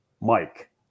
Mike